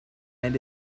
and